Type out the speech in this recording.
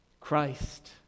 Christ